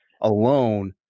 alone